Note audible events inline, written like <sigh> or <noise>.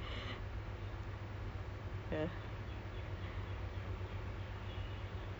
<laughs> not yet I'm still taking my driving license also right now